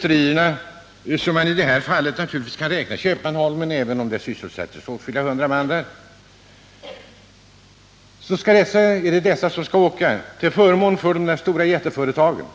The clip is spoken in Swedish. Till de små skogsföretagen kan Köpmanholmen räknas, även om åtskilliga hundra man sysselsätts där. Är det dessa som skall åka, till förmån för de stora jätteföretagen?